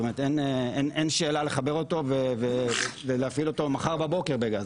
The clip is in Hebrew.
אין שאלה להפעיל אותו מחר בבוקר בגז,